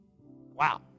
Wow